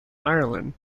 ireland